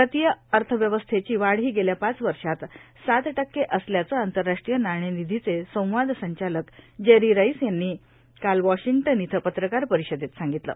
भारतीय अभिव्यवस्थेची वाढ ही गेल्या पाच वर्षात सात टक्के असल्याचं आंतरराष्ट्रीय नाणेनिधीचे संवाद संचालक जेरी रईस यांनी काल वॉशिंग्टन इथं पत्रकार परिषदेत सांगितलं